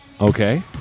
Okay